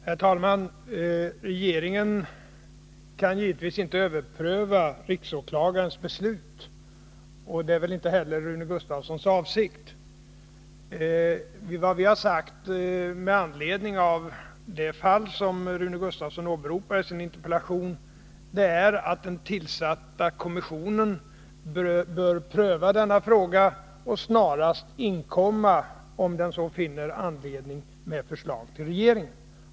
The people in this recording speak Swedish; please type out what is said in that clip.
Herr talman! Regeringen kan givetvis inte överpröva riksåklagarens beslut. Det är väl inte heller Rune Gustavssons avsikt. Vad vi sagt med anledning av det fall som Rune Gustavsson åberopar i sin interpellation är att den tillsatta kommissionen bör pröva denna fråga och snarast, om den så finner anledning, inkomma med förslag till regeringen.